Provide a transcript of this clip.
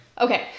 Okay